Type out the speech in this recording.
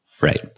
right